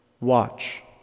watch